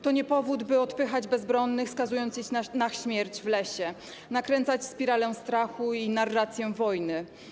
To nie powód, by odpychać bezbronnych, skazując ich na śmierć w lesie, nakręcać spiralę strachu i narrację wojny.